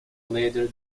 later